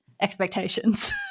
expectations